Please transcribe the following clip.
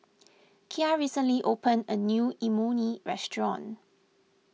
Kya recently opened a new Imoni Restaurant